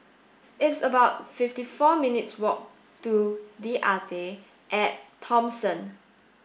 it's about fifty four minutes' walk to The Arte at Thomson